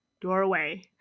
doorway